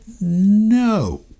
no